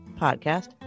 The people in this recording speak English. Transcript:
Podcast